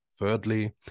Thirdly